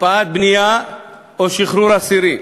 הקפאת בנייה או שחרור אסירים,